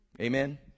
amen